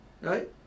Right